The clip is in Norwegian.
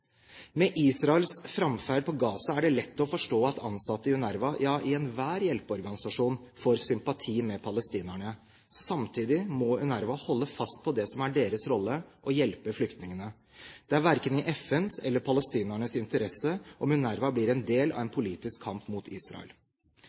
Med Israels framferd på Gaza er det lett å forstå at ansatte i UNRWA – ja, i enhver hjelpeorganisasjon – får sympati med palestinerne. Samtidig må UNRWA holde fast på det som er deres rolle, å hjelpe flyktningene. Det er verken i FNs eller palestinernes interesse at UNRWA blir en del av en